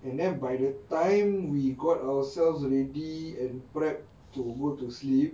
and then by the time we got ourselves ready and prep to go to sleep